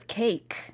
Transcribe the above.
cake